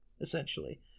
essentially